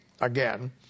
again